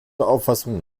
auffassung